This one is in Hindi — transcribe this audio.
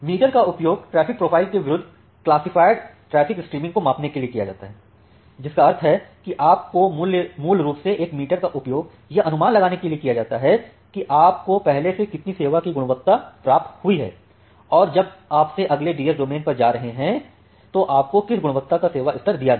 मीटर का उपयोग ट्रैफ़िक प्रोफ़ाइल के विरुद्ध क्लासिफाइड ट्रैफ़िक स्ट्रीम को मापने के लिए किया जाता है जिसका अर्थ है कि आपको मूल रूप से एक मीटर का उपयोग यह अनुमान लगाने के लिए किया जाता है कि आपको पहले से कितनी सेवा की गुणवत्ता प्राप्त हुई है और जब आप अगले डीएस डोमेन पे जा रहे हैं तो आपको किस गुणवता का सेवा स्तर दिया गया